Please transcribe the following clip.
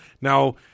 Now